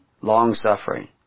long-suffering